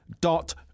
dot